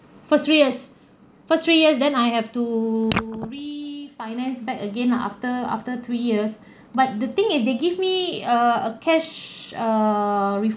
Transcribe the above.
for three years for three years then I have to refinance back again lah after after three years but the thing is they give me err a cash err